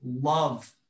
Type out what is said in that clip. love